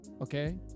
okay